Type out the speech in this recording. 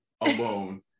alone